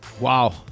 Wow